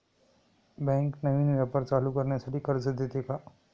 Bank नवीन व्यापार चालू करण्यासाठी कर्ज देते का?